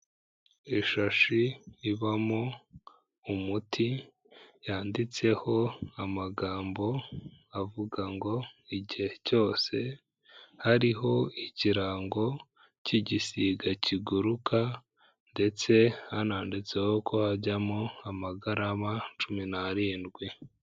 Ishashi ibamo umuti yanditseho amagambo avuga ngo igihe cyose hariho ikirango cy'igisiga kiguruka ndetse hananditseho ko hajyamo amagarama cumi n'arindwi.